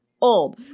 old